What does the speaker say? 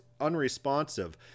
unresponsive